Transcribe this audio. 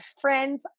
friends